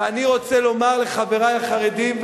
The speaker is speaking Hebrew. ואני רוצה לומר לחברי החרדים,